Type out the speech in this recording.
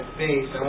face